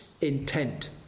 intent